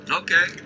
okay